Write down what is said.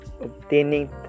obtaining